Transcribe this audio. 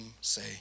say